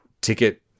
ticket